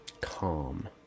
calm